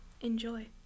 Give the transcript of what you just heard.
enjoy